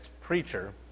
preacher